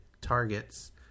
targets